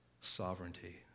sovereignty